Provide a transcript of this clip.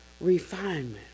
refinement